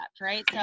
right